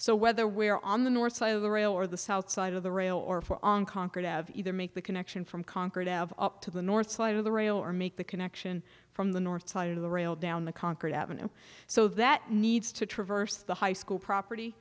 so whether we're on the north side of the rail or the south side of the rail or for on concord have either make the connection from concord out of up to the north side of the rail or make the connection from the north side of the rail down the concord ave so that needs to traverse the high school property